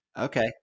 Okay